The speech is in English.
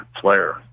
player